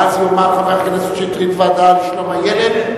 ואז יאמר חבר הכנסת שטרית: הוועדה לזכויות הילד,